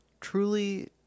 truly